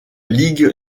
ligue